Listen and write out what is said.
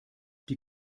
die